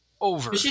over